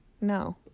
No